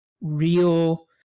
real